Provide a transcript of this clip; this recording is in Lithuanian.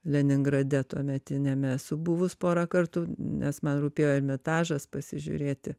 leningrade tuometiniame esu buvus porą kartų nes man rūpėjo ermitažas pasižiūrėti